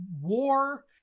war